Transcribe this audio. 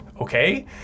okay